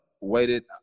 waited